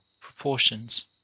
proportions